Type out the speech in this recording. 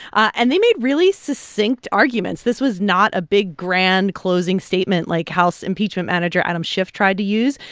and they made really succinct arguments. this was not a big, grand closing statement like house impeachment manager adam schiff tried to use.